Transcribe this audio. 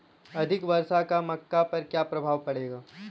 अधिक वर्षा का मक्का पर क्या प्रभाव पड़ेगा?